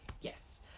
Yes